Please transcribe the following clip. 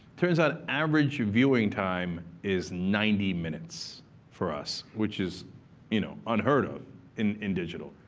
turns out, average viewing time is ninety minutes for us, which is you know unheard of in in digital,